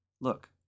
look